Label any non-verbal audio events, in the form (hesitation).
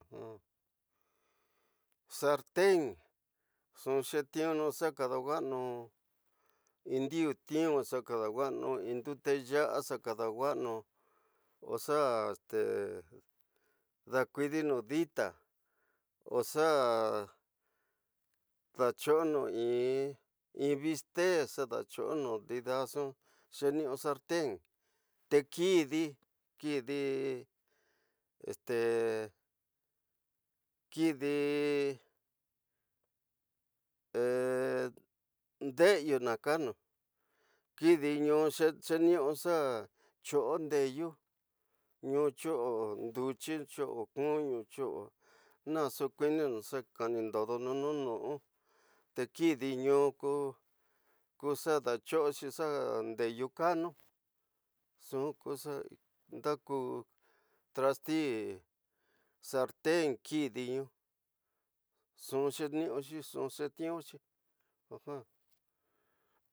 (hesitation) sarten, nxu xetixunu xa kadawaanu in dine tinu, xa kadawaanu in ndeteyasa xa kadawaanu oxa te da kidinu díla oxa datyonu biste oxa datyonu nda nx xeniu. Sarten te kidí, kidí, te kidí (hesitation) ndeyu xa kanu kidí in xeniu xa iyo ndeyu ñu iyo ndetiyi ñyo akuno, ñyo ñyo ñaxo ñuñinu xa kadindu du ñu nu ñíu, te kidí ñu ko xa datyo xi xa ndeyu kanu, nxu ku ndaku trasti kidí ñu ñxu xeniuxi, ñxu xeti'uxi. (hesitation)